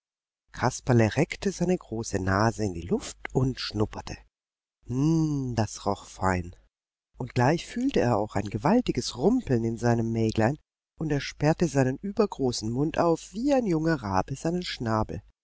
kasperle reckte seine große nase in die luft und schnupperte hm das roch fein und gleich fühlte er auch ein gewaltiges rumpeln in seinem mäglein und er sperrte seinen übergroßen mund auf wie ein junger rabe seinen schnabel